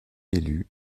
élu